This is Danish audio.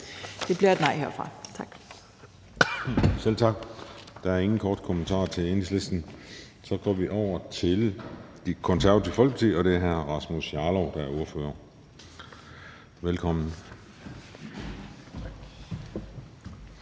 Den fg. formand (Christian Juhl): Selv tak. Der er ingen korte bemærkninger til Enhedslisten. Så går vi over til Det Konservative Folkeparti, og det er hr. Rasmus Jarlov, der er ordfører. Kl.